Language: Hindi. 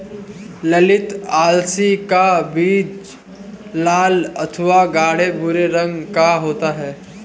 ललीत अलसी का बीज लाल अथवा गाढ़े भूरे रंग का होता है